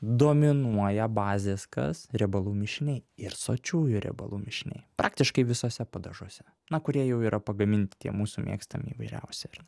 dominuoja bazės kas riebalų mišiniai ir sočiųjų riebalų mišiniai praktiškai visuose padažuose na kurie jau yra pagaminti tie mūsų mėgstami įvairiausi ar